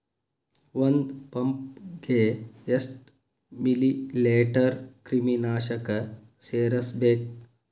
ಒಂದ್ ಪಂಪ್ ಗೆ ಎಷ್ಟ್ ಮಿಲಿ ಲೇಟರ್ ಕ್ರಿಮಿ ನಾಶಕ ಸೇರಸ್ಬೇಕ್?